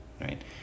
right